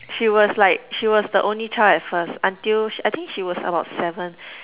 she was like she was the only child at first until she I think she was about seven